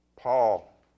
Paul